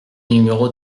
numéro